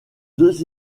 deux